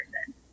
person